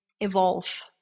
evolve